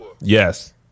Yes